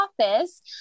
office